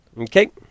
Okay